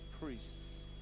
priests